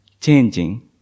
Changing